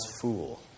fool